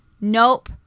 Nope